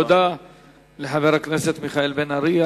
תודה לחבר הכנסת מיכאל בן-ארי.